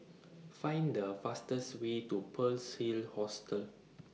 Find The fastest Way to Pearl's Hill Hostel